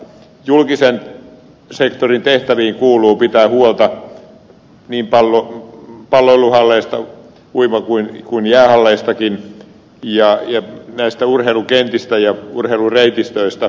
julkisen sektorin tehtäviin kuuluu pitää huolta niin palloiluhalleista kuin uima ja jäähalleistakin ja urheilukentistä ja urheilureitistöistä